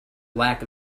lack